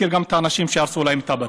אני מכיר את האנשים שהרסו להם את הבתים.